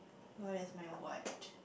what is my watch